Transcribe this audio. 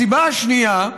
הסיבה השנייה: